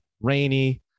rainy